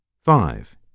Five